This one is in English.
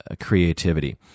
creativity